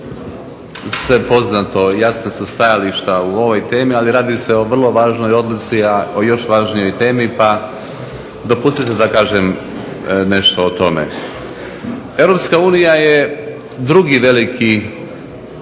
sve poznato, jasna su stajališta o ovoj temi. Ali radi se o vrlo važnoj odluci, a o još važnijoj temi pa dopustite da kažem nešto o tome. Europska unija je drugi veliki